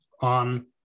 on